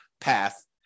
path